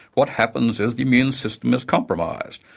what happens is the immune system is compromised.